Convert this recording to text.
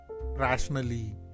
rationally